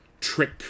trick